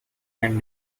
can